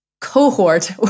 cohort